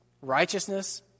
Righteousness